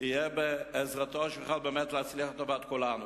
ויהיה בעזרתו כדי שהוא באמת יוכל להצליח לטובת כולנו.